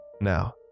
Now